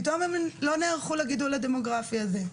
פתאום הם לא נערכו לגידול הדמוגרפי הזה.